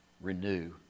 Renew